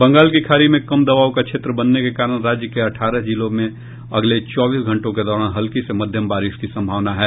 बंगाल की खाड़ी में कम दबाव का क्षेत्र बनने के कारण राज्य के अठारह जिलों में अगले चौबीस घंटों के दौरान हल्की से मध्यम बारिश की सम्भावना है